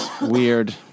weird